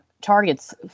targets